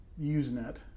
Usenet